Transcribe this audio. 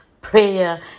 Prayer